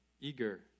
eager